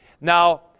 Now